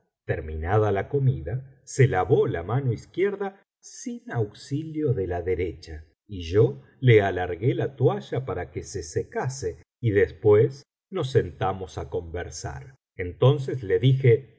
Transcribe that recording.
terminada la comida se lavó la mano izquierda sin auxilio de la derecha y yo le alargué la toalla para que se secase y después nos sentamos á conversar entonces le dije